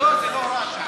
לא, זה לא הוראת שעה.